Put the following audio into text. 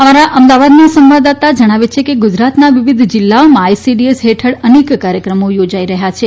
અમારા અમદાવાદના સંવાદદાતા જણાવે છે કે ગુજરાતના વિવિધ જિલ્લાઓમાં આઇસીડીએસ હેઠળ અનેક કાર્યક્રમો યોજાઇ રહ્યા છે